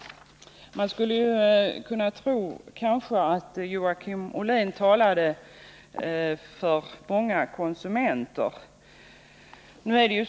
Man skulle kanske kunna tro att Joakim Ollén talar för många konsumenter.